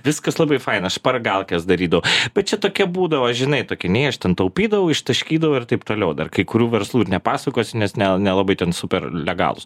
viskas labai faina špargalkes darydavau bet čia tokia būdavo žinai tokia nei aš ten taupydavau ištaškydavau ir taip toliau dar kai kurių verslų ir nepasakosiu nes ne nelabai ten superlegalūs